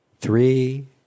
Three